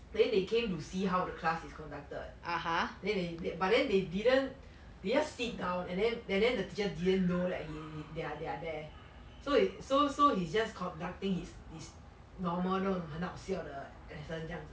then they came to see how the class is conducted then they then but then they didn't they just sit down and then and then the teachers didn't know that he they are they are there so is so so he is just conducting his his normal 那种很好笑的 lesson 这样子